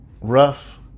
rough